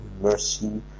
mercy